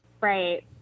Right